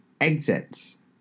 exits